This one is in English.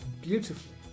beautifully